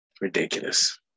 Ridiculous